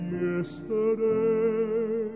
yesterday